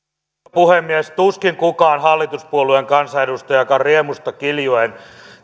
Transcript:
puhemies tuskin kukaan hallituspuolueenkaan kansanedustaja riemusta kiljuen